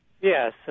Yes